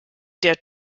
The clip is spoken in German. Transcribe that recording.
der